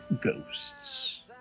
Ghosts